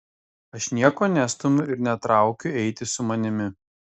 aš nieko nestumiu ir netraukiu eiti su manimi